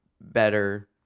better